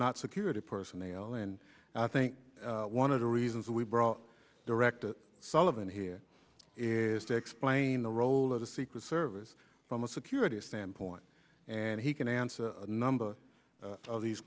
not security personnel and i think one of the reasons we brought directed sullivan here is to explain the role of the secret service from a security standpoint and he can answer a number of these